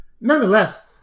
Nonetheless